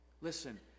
Listen